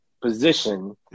position